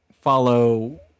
follow